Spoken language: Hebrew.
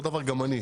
גם עושה אותו הדבר.